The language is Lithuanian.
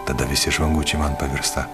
tada visi žvangučiai man pavirsta